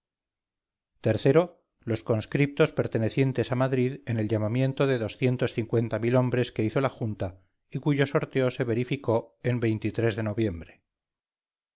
o los conscriptos pertenecientes a madrid en el llamamiento de doscientos cincuenta mil hombres que hizo la junta y cuyo sorteo se verificó en de noviembre